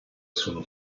sono